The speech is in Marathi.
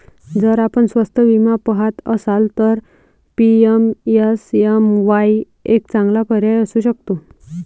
जर आपण स्वस्त विमा पहात असाल तर पी.एम.एस.एम.वाई एक चांगला पर्याय असू शकतो